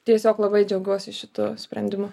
tiesiog labai džiaugiuosi šitu sprendimu